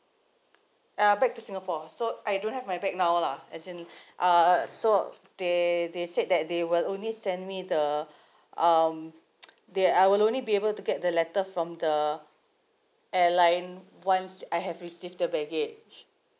ya back to singapore so I don't have my bag now lah as in uh so they they said that they will only send me the um they I will only be able to get the letter from the airline once I have received the baggage